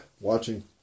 watching